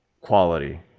quality